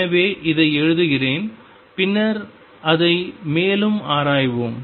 எனவே இதை எழுதுகிறேன் பின்னர் அதை மேலும் ஆராய்வோம்